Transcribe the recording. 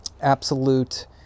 absolute